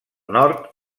nord